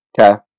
Okay